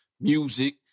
Music